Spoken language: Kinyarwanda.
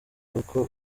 uko